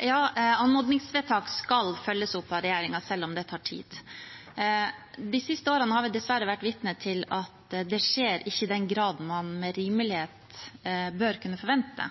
Ja, anmodningsvedtak skal følges opp av regjeringen, selv om det tar tid. De siste årene har vi dessverre vært vitne til at det ikke skjer i den grad man med rimelighet bør kunne forvente.